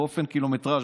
בקילומטרז',